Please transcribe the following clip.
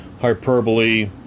hyperbole